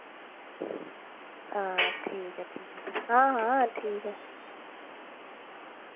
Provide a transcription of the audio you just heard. हां ठीक ऐ ठीक ऐ हां हां ठीक ऐ